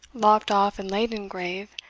lopped off and laid in grave,